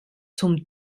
zum